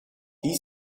die